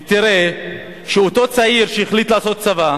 תראה שאותו צעיר שהחליט לעשות צבא